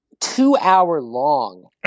two-hour-long